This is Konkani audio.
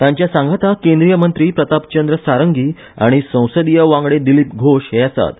तांच्या सांगाताक केंद्रीय मंत्री प्रताप चंद्र सारंगी आनी संसदीय वांगडी दिलीप घोश हे आसात